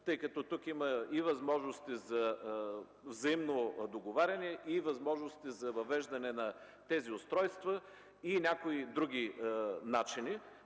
тъй като тук има възможности за взаимно договаряне и възможности за въвеждане на тези устройства и някои други начини.